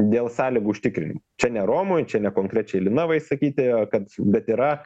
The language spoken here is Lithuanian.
dėl sąlygų užtikrinimo čia ne romui čia ne konkrečiai linavai sakyti kad bet yra